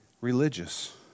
religious